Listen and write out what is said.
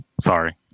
sorry